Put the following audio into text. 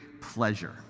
pleasure